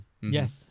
yes